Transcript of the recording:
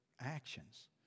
actions